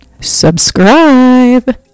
Subscribe